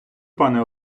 пане